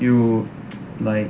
有 like